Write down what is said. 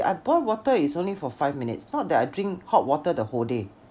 I boil water it's only for five minutes not that I drink hot water the whole day